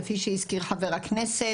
כפי שהזכיר חבר הכנסת,